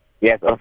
Yes